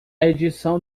edição